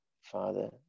Father